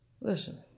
Listen